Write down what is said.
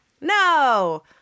No